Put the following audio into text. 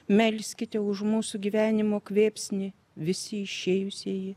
melskite už mūsų gyvenimo kvėpsnį visi išėjusieji